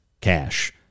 cash